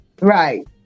Right